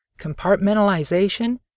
compartmentalization